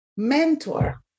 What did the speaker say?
Mentor